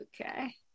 Okay